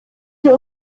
sie